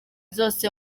zose